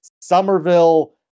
Somerville